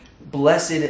blessed